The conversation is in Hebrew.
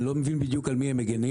אני לא מבין בדיוק על מי הם מגינים,